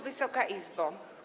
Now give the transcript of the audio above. Wysoka Izbo!